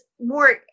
more